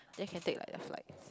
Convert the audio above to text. then can take like a flight